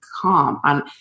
calm